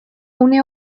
une